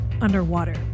underwater